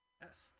Yes